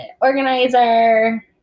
organizer